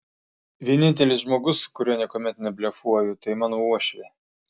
vienintelis žmogus su kuriuo niekuomet neblefuoju tai mano uošvė